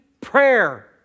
prayer